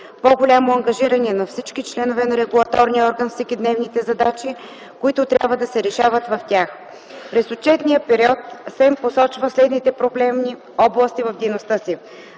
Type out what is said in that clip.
по-голямо ангажиране на всички членове на регулаторния орган с всекидневните задачи, които трябва да се решават в тях. През отчетния период СЕМ посочва следните проблемни области в дейността си: